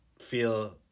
feel